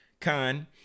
con